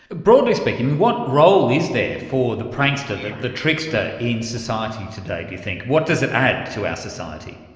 broadly speaking, i mean, what role is there for the prankster, the the trickster, in society today do you think? what does it add to our society?